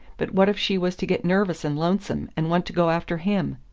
but what if she was to get nervous and lonesome, and want to go after him?